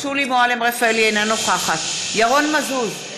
אינה נוכחת ירון מזוז,